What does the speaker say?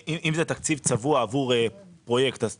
אם זה תקציב צבוע עבור פרויקט, לדוגמה,